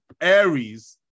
Aries